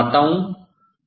मैं इसको घुमाता हूँ